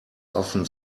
often